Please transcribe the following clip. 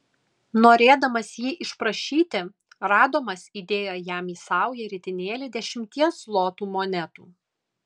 norėdamas jį išprašyti radomas įdėjo jam į saują ritinėlį dešimties zlotų monetų